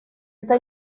está